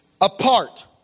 apart